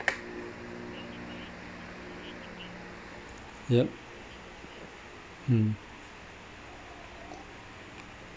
yup mm